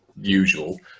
usual